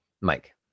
Mike